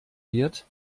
wird